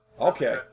Okay